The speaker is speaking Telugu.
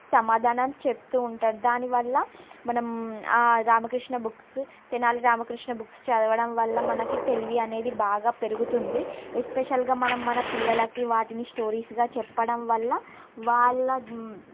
సమాధానాలు చెప్తు ఉంటాడు దానివల్ల మనం రామకృష్ణ బుక్స్ తెనాలి రామకృష్ణ బుక్స్ చదవడం వల్ల మనకి తెలివి అనేది బాగా పెరుగుతుంది ఎస్స్పెషల్గా మనం మన పిల్లలకి వాటిని స్టోరీస్గా చెప్పడం వల్ల వాళ్ళ